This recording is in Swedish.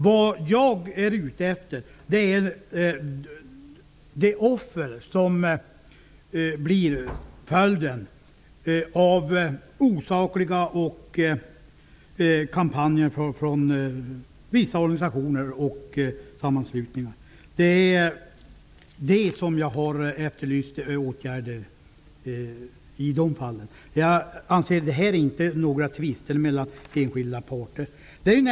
Vad jag har pekat på är resultaten av osakliga kampanjer från vissa organisationer och sammanslutningar. Jag anser inte att det här är fråga om en tvist mellan enskilda parter.